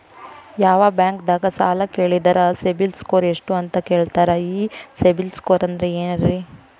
ಯಾವ ಬ್ಯಾಂಕ್ ದಾಗ ಸಾಲ ಕೇಳಿದರು ಸಿಬಿಲ್ ಸ್ಕೋರ್ ಎಷ್ಟು ಅಂತ ಕೇಳತಾರ, ಈ ಸಿಬಿಲ್ ಸ್ಕೋರ್ ಅಂದ್ರೆ ಏನ್ರಿ?